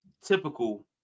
typical